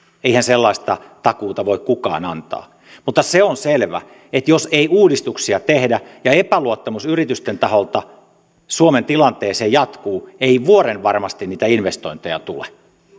eihän sellaista takuuta voi kukaan antaa mutta se on selvä että jos ei uudistuksia tehdä ja epäluottamus yritysten taholta suomen tilannetta kohtaan jatkuu ei vuorenvarmasti niitä investointeja tule